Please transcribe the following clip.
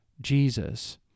Jesus